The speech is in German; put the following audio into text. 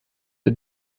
der